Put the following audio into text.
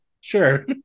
sure